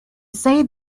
say